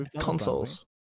Consoles